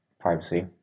privacy